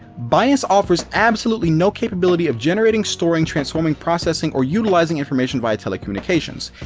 bias offers absolutely no capability of genertating, storing, transforming, processing, or utilizing information via telecommunications,